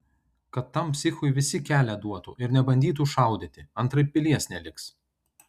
kad tam psichui visi kelią duotų ir nebandytų šaudyti antraip pilies neliks